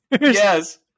Yes